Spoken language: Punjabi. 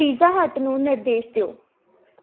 ਪੀਜ਼ਾ ਹੱਟ ਨੂੰ ਨਿਰਦੇਸ਼ ਦਿਓ